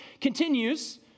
continues